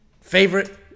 favorite